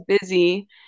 busy